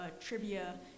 trivia